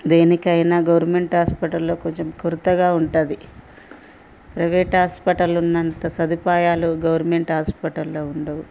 దేనికైనా గవర్నమెంట్ హాస్పిటల్లో కొంచెం కొరతగా ఉంటుంది ప్రైవేట్ హాస్పటల్ ఉన్నంత సదుపాయాలు గవర్నమెంట్ హాస్పిటల్లో ఉండవు